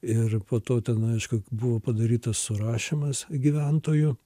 ir po to ten aišku buvo padarytas surašymas gyventojų